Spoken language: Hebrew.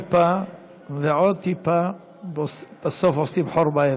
טיפה ועוד טיפה ועוד טיפה, ובסוף עושים חור באבן.